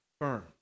firm